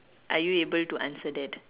are you able to answer that